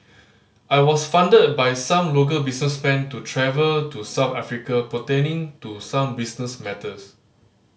I was funded by some local businessmen to travel to South Africa pertaining to some business matters